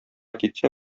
китсә